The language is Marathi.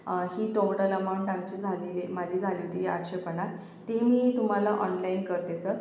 ही टोटल अमाउंट आमची झालेली आहे माझी झाली होती आठशे पन्नास ती मी तुम्हाला ऑनलाईन करते सर